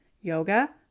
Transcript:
yoga